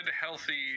healthy